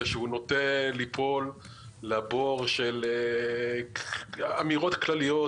שהוא נוטה ליפול לבור של אמירות כלליות,